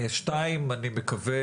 אני מקווה